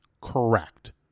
correct